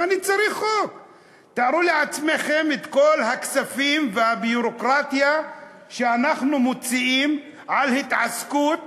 תארו לעצמכם את כל הכספים והביורוקרטיה שאנחנו מוציאים על התעסקות